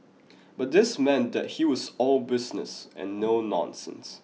but this meant that he was all business and no nonsense